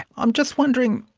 i'm just wondering,